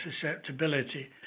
susceptibility